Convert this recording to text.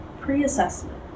pre-assessment